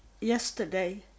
yesterday